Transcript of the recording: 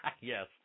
Yes